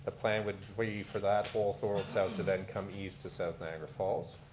the plan would be for that whole thorold south to then come east to south niagara falls.